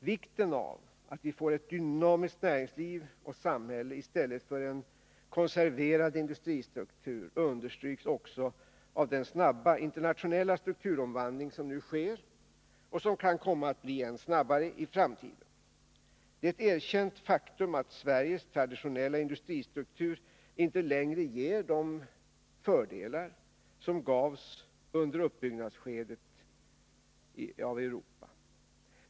Vikten av att vi får ett dynamiskt näringsliv och samhälle i stället för en konserverad industristruktur understryks också av den snabba internationella strukturomvandling som nu sker och som kan komma att bli än snabbare i framtiden. Det är ett erkänt faktum att Sveriges traditionella industristruktur inte längre ger de fördelar som gavs under uppbyggnadsskedet i Europa.